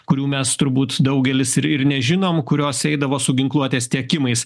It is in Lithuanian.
kurių mes turbūt daugelis ir ir nežinomų kurios eidavo su ginkluotės tiekimais